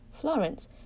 Florence